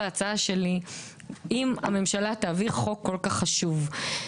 ההצעה שלי אם הממשלה תעביר חוק כל כך חשוב.